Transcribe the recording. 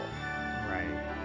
Right